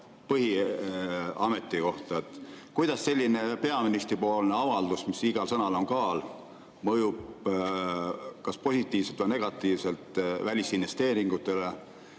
põhiameti kohta. Kuidas selline peaministri avaldus, milles igal sõnal on kaal, mõjub, kas positiivselt või negatiivselt välisinvesteeringutele,